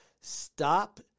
stop